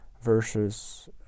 versus